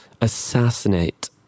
Assassinate